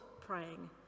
praying